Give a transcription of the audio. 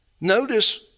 Notice